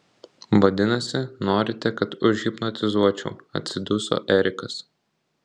vadinasi norite kad užhipnotizuočiau atsiduso erikas